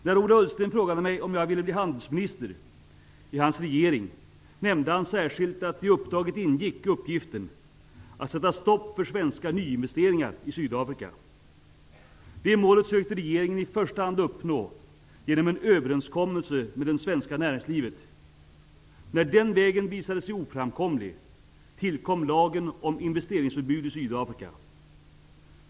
När Ola Ullsten frågade mig om jag ville bli handelsminister i hans regering, nämnde han särskilt att uppgiften att sätta stopp för svenska nyinvesteringar i Sydafrika ingick i uppdraget. Det målet sökte regeringen i första hand uppnå genom en överenskommelse med det svenska näringslivet. När den vägen visade sig vara oframkomlig tillkom lagen om investeringsförbud i Sydafrika.